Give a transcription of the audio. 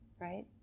right